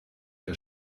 der